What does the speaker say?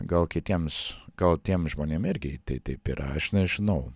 gal kitiems gal tiem žmonėm irgi t taip yra aš nežinau